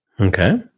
Okay